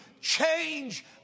change